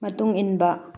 ꯃꯇꯨꯡ ꯏꯟꯕ